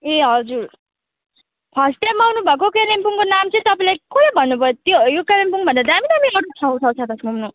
ए हजुर first time आउनुभएको कालिम्पोङको नाम चाहिँ तपाईँलाई कसले भन्नुभयो त्यो यो कालिम्पोङ भन्दा दामी दामी अरू ठाउँ छ त घुम्नु